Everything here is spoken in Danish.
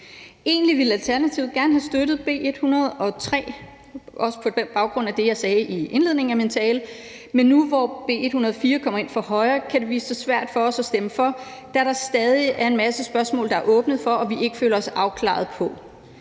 Egentlig ville Alternativet gerne have støttet B 103, også på baggrund af det, jeg sagde i indledningen af min tale, men nu, hvor B 104 er kommet ind fra højre, kan det vise sig svært for os at stemme for, da der stadig er en masse spørgsmål, der er åbnet for, og som vi stadig ikke føler os afklaret om.